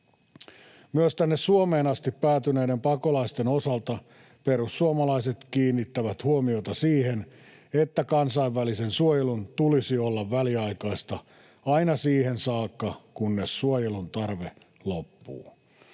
Myös tänne Suomeen asti päätyneiden pakolaisten osalta perussuomalaiset kiinnittävät huomiota siihen, että kansainvälisen suojelun tulisi olla väliaikaista aina siihen saakka, kunnes suojelun tarve loppuu.